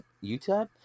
Utah